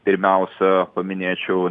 pirmiausia paminėčiau